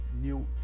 new